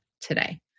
today